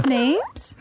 names